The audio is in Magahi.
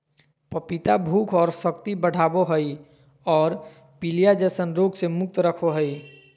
पपीता भूख और शक्ति बढ़ाबो हइ और पीलिया जैसन रोग से मुक्त रखो हइ